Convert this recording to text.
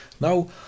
Now